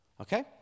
okay